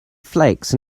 flakes